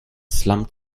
slum